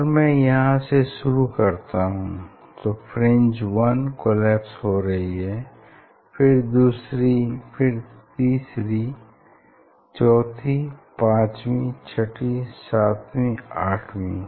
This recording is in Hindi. अगर मैं यहाँ से शुरू करता हूँ तो फ्रिंज 1 कोलैप्स हो रही है फिर दूसरी तीसरी चौथी पांचवी छठी सातवीं आठवीं